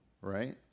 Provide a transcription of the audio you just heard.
right